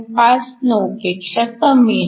59 पेक्षा कमी आहे